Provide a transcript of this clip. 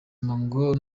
ngo